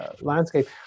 landscape